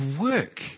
work